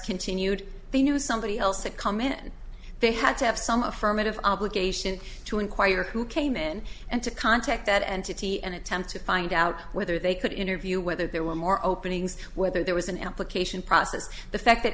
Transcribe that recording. continued they knew somebody else had come in they had to have some affirmative obligation to enquire who came in and to contact that entity and attempt to find out whether they could interview whether there were more openings whether there was an application process the fact that